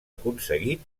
aconseguit